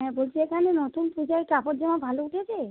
হ্যাঁ বলছি এখানে নতুন পুজোয় কাপড় জামা ভালো উঠেছে